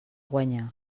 guanyar